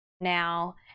now